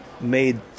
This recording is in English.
made